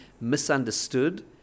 misunderstood